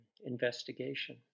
investigation